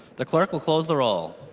the clerk will close the roll.